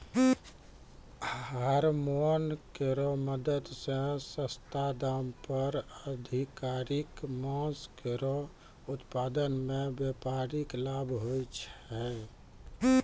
hormone केरो मदद सें सस्ता दाम पर अधिकाधिक मांस केरो उत्पादन सें व्यापारिक लाभ होय छै